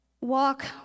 walk